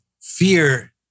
fear